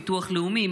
ביטוח לאומי,